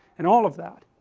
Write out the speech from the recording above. and all of that